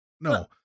no